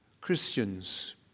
Christians